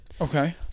Okay